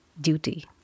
duty